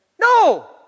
No